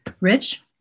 Rich